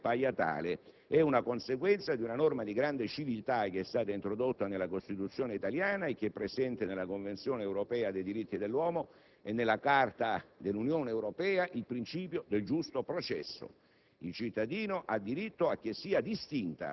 giudice il più possibile imparziale e che appaia tale. È una conseguenza di una norma di grande civiltà introdotta nella Costituzione italiana e presente nella Convenzione europea dei diritti dell'uomo e nella Carta dell'Unione Europea: il principio del giusto processo.